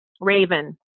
raven